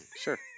Sure